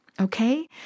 okay